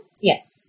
Yes